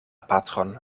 patron